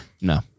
No